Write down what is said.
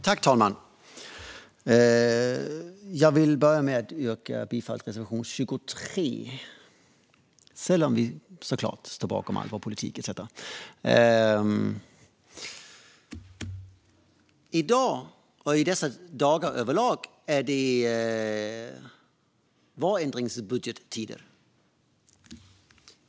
Fru talman! Jag vill börja med att yrka bifall till reservation 23. Sedan står vi såklart bakom all vår politik. I dessa dagar är det vårändringsbudgettider.